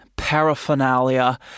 paraphernalia